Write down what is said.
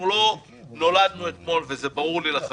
לא נולדנו אתמול, וזה ברור לי לחלוטין.